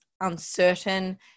uncertain